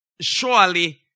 surely